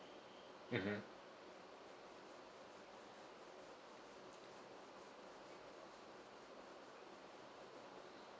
mmhmm